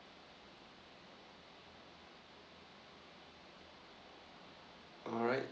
alright